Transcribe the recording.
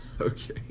Okay